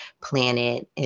planet